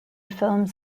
films